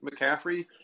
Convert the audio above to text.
McCaffrey